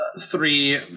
three